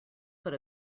put